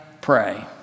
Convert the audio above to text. pray